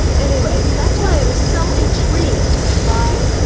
and anyway, that's why it was so intrigued by.